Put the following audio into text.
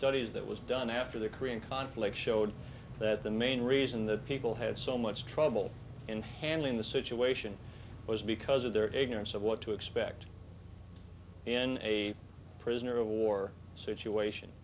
studies that was done after the korean conflict showed that the main reason that people had so much trouble in handling the situation was because of their ignorance of what to expect in a prisoner of war situation